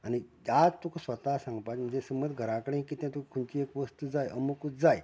आनी त्याच तुका स्वता सांगपाचें म्हणजे समज घरा कडेन किदेंय तुकां खंयचीय एक वस्त जाय अमुकूच जाय